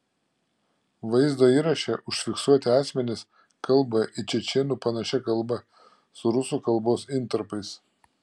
vaizdo įraše užfiksuoti asmenys kalba į čečėnų panašia kalba su rusų kalbos intarpais